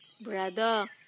Brother